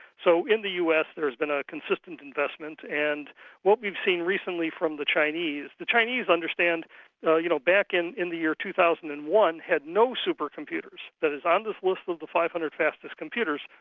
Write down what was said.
so in the us there's been a consistent investment, and what we've seen recently from the chinese the chinese understand you know back in in the year two thousand and one, had no supercomputers. that is on this list of the five hundred fastest computers,